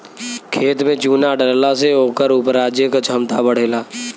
खेत में चुना डलला से ओकर उपराजे क क्षमता बढ़ेला